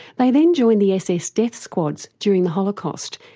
they then joined the ss death squads during the holocaust,